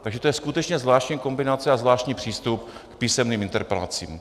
Takže to je skutečně zvláštní kombinace a zvláštní přístup k písemným interpelacím.